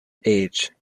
age